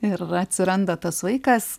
ir atsiranda tas vaikas